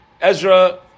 Ezra